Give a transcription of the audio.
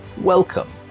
Welcome